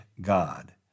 God